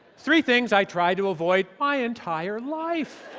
three things i've tried to avoid my entire life.